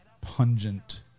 pungent